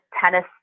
tennis